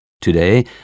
Today